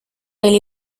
elle